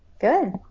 Good